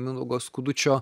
mindaugo skudučio